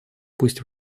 пусть